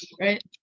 right